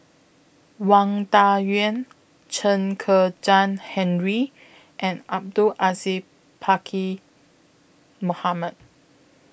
Wang Dayuan Chen Kezhan Henri and Abdul Aziz Pakkeer Mohamed